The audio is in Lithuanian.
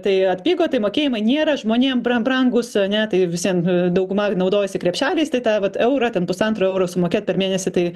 tai atpigo tai mokėjimai nėra žmonėm bran brangūs ane tai vis vien dauguma naudojasi krepšeliais tai tą vat eurą ten pusantro euro sumokėt per mėnesį tai